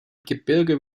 gebirge